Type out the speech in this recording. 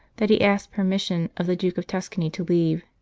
that he asked per mission of the duke of tuscany to leave.